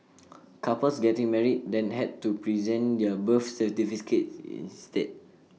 couples getting married then had to present their birth certificates instead